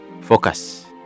Focus